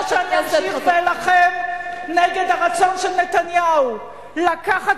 כמו שאני אמשיך ואלחם נגד הרצון של נתניהו לקחת